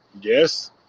Yes